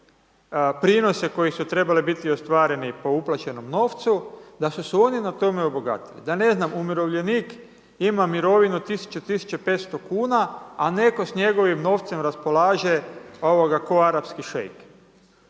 prinosi koji su trebali biti ostvareni po uplaćenom novcu, da su se oni na tome obogatili. Da ne znam umirovljenik ima mirovinu 100-1500 kn, a netko s njegovim novcem raspolaže ko arapski šeik.